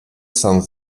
cent